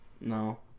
No